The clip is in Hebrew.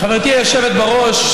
חברתי היושבת בראש,